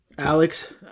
Alex